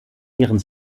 ihren